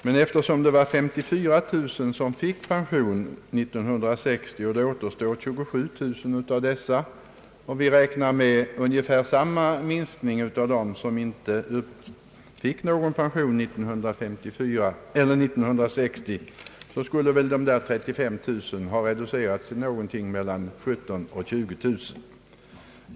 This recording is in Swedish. Men eftersom det var 54 000 som fick pension 1960 och det återstår 27000 av dessa — och vi räknar med ungefär samma minskning i antalet av dem som inte fick någon pension 1960 — så skulle dessa 35000 ha reducerats till mellan 17000 och 20000.